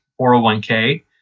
401k